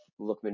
Lookman